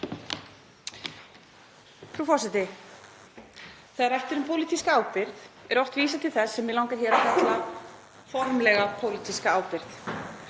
Þegar rætt er um pólitíska ábyrgð er oft vísað til þess sem mig langar hér að kalla formlega pólitíska ábyrgð.